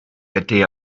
idea